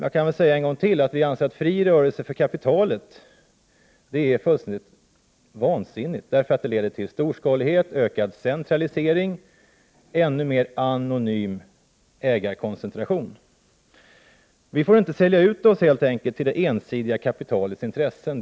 Jag kan säga en gång till, att vi anser att fri rörelse för kapitalet är något fullständigt vansinnigt, eftersom det leder till storskalighet, ökad centralisering, ännu mer anonym ägarkoncentration. Vi får helt enkelt inte sälja ut oss till det ensidiga kapitalets intressen.